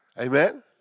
Amen